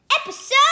episode